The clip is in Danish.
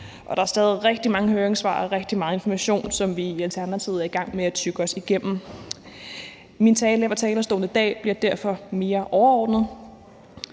der er stadig rigtig mange høringssvar og rigtig meget information, som vi i Alternativet er i gang med at tygge os igennem. Min tale her på talerstolen i dag bliver derfor mere overordnet,